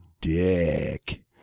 dick